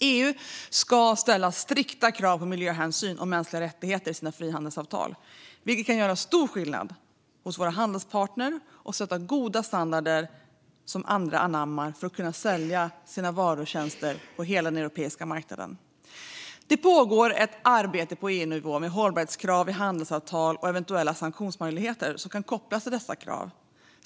EU ska ställa strikta krav på miljöhänsyn och mänskliga rättigheter i sina frihandelsavtal, vilket kan göra stor skillnad hos våra handelspartner och sätta goda standarder som andra anammar för att kunna sälja sina produkter i EU. Det pågår ett arbete på EU-nivå med hållbarhetskrav i handelsavtal och eventuella sanktionsmöjligheter som kan kopplas till dessa krav.